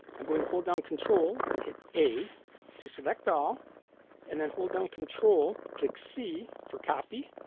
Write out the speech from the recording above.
i'm going to hold down control and hit a to select all and then hold down control click c for copy